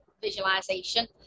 visualization